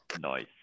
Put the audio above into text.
Nice